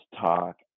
talk